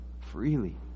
Freely